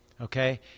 Okay